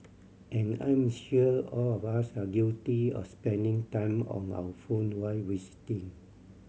and I'm sure all of us are guilty of spending time on our phone while visiting